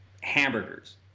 hamburgers